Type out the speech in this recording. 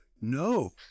No